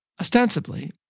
Ostensibly